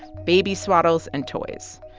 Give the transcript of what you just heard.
baby swaddles and toys.